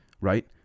right